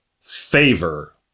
favor